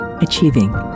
achieving